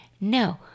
no